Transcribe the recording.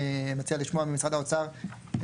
אני מציע לשמוע ממשרד האוצר את